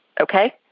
Okay